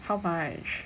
how much